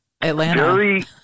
Atlanta